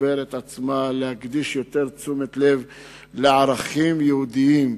תתגבר את עצמה ותקדיש יותר תשומת לב לערכים יהודיים.